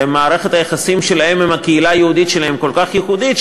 ומערכת היחסים שלהם עם הקהילה היהודית שלהם כל כך ייחודית,